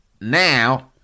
Now